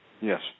Yes